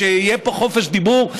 שיהיה פה חופש דיבור,